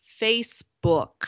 facebook